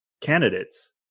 candidates